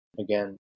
again